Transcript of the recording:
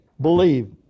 believe